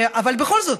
אבל בכל זאת,